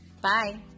Bye